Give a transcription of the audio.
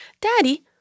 Daddy